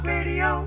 Radio